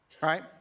right